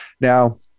now